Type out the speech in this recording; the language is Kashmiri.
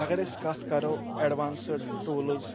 اگر أسۍ کَتھ کَرو اٮ۪ڈوانسٕڈ ٹوٗلٕز